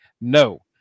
no